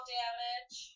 damage